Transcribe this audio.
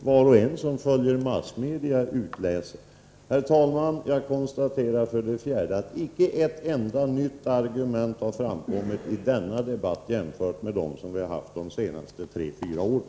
Var och en som följer massmedia kan se det. För det fjärde konstaterar jag att inte ett enda nytt argument har framkommit i denna debatt jämfört med debatterna under de senaste tre fyra åren.